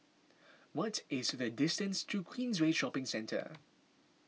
what is the distance to Queensway Shopping Centre